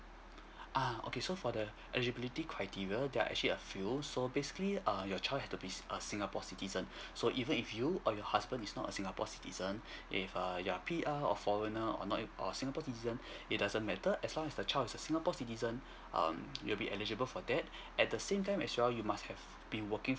uh okay so for the eligibility criteria there are actually a few so basically err your child has to be si~ a singapore citizen so even if you or your husband is not a singapore citizen if err you are P_R or foreigner or not a singapore citizen it doesn't matter as long as the child is a singapore citizen um you'll eligible for that at the same time as well you must have been working